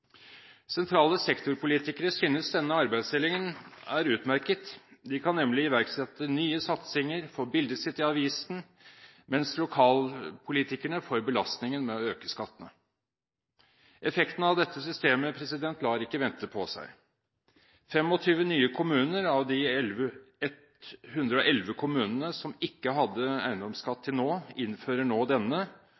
Sentrale sektorpolitikere synes denne arbeidsdelingen er utmerket. De kan nemlig iverksette nye satsinger og få bildet sitt i avisen, mens lokalpolitikerne får belastningen med å øke skattene. Effekten av dette systemet lar ikke vente på seg. 25 av de 111 kommunene som ikke har hatt eiendomsskatt